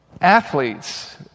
Athletes